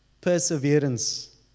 perseverance